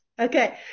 Okay